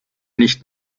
nicht